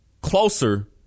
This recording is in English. closer